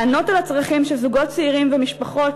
לענות על הצרכים של זוגות צעירים ומשפחות